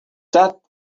that